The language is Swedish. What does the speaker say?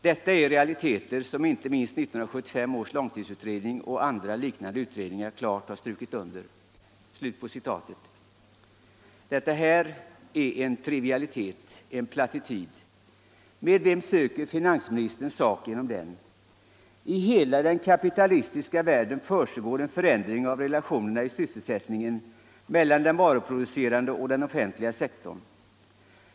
Detta är realiteter som inte minst 1975 års långtidsutredning och andra liknande utredningar klart har strukit under.” Detta är en trivialitet. en plattityd. Men med vem söker finansministern sak genom det uttalandet? I hela den kapitalistiska världen försiggår en förändring av relationerna i sysselsättningen meltlan den varuproducerande och den offentliga sektorn.